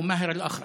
הוא מאהר אל-אח'רס.